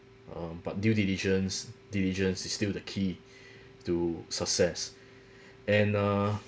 uh but due diligence diligence is still the key to success and uh